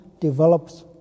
develops